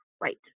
right